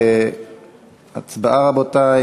הצבעה, רבותי.